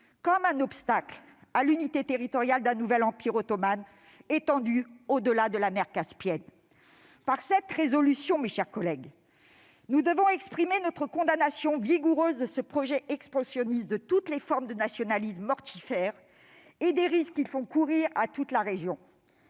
comme un obstacle à l'unité territoriale d'un nouvel empire ottoman étendu au-delà de la mer Caspienne. Par cette résolution, mes chers collègues, nous devons exprimer notre condamnation vigoureuse de ce projet expansionniste, de toutes les formes de nationalisme mortifère et des risques qu'ils font courir à toute la région.